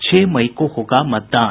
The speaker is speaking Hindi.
छह मई को होगा मतदान